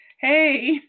Hey